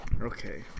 Okay